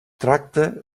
tracta